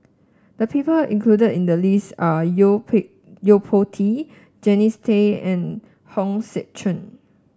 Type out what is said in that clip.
the people included in the list are Yo Yo Po Tee Jannie's Tay and Hong Sek Chern